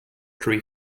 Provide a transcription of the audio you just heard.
three